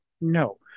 No